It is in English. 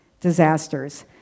disasters